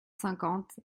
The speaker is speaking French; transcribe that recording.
cinquante